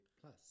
Plus